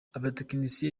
abatekinisiye